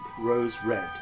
rose-red